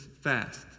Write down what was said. fast